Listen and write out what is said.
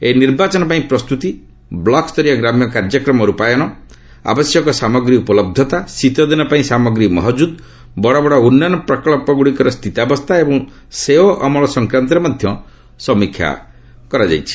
ଏହି ନିର୍ବାଚନ ପାଇଁ ପ୍ରସ୍ତୁତି ବ୍ଲକ୍ସରୀୟ ଗ୍ରାମ୍ୟ କାର୍ଯ୍ୟକ୍ରମ ରୂପାୟନ ଆବଶ୍ୟକ ସାମଗ୍ରୀ ଉପଲହ୍ଧତା ଶୀତଦିନ ପାଇଁ ସମଗ୍ରୀ ମହଜୁଦ୍ ବଡ଼ ବଡ଼ ଉନ୍ନୟନ ପ୍ରକଳ୍ପଗୁଡ଼ିକର ସ୍ଥିତାବସ୍ଥା ଏବଂ ସେଓ ଅମଳ ସଂକ୍ରାନ୍ତରେ ମଧ୍ୟ ସମୀକ୍ଷା କରିଛନ୍ତି